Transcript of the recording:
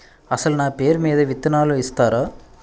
అసలు నా పేరు మీద విత్తనాలు ఇస్తారా?